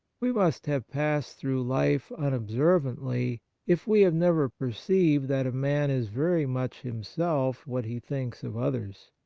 we must have passed through life unobservantly if we have never perceived that a man is very much himself what he thinks of others.